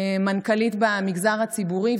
מנכ"לית במגזר הציבורי,